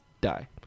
die